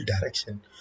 direction